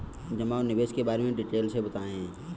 जमा और निवेश के बारे में डिटेल से बताएँ?